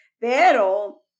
Pero